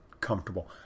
comfortable